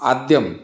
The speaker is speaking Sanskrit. आद्यं